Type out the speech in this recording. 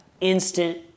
instant